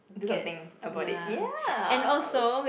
do something about it ya